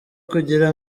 kugira